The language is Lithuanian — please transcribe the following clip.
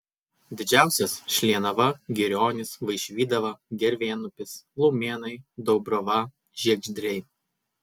didžiausias šlienava girionys vaišvydava gervėnupis laumėnai dubrava žiegždriai